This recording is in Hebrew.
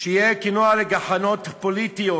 שיהיה כנוע לגחמות פוליטיות.